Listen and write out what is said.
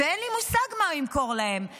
ואין לי מושג מה הוא ימכור להם,